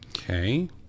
Okay